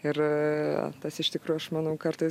ir a tas iš tikro aš manau kartais